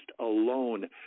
alone